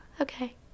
okay